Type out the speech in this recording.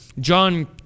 John